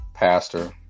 pastor